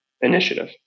initiative